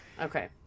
Okay